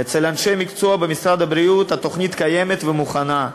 אצל אנשי מקצוע במשרד הבריאות התוכנית קיימת ומוכנה,